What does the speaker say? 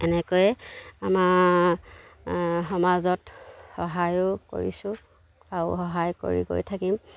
এনেকৈয়ে আমাৰ সমাজত সহায়ো কৰিছোঁ আৰু সহায় কৰি কৰি গৈ থাকিম